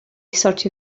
sortio